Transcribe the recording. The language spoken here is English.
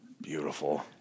Beautiful